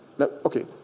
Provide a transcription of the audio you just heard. Okay